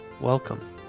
welcome